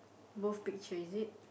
both picture is it